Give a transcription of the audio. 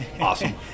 Awesome